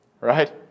Right